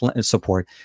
support